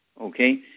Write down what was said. Okay